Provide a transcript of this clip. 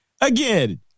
Again